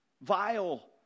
vile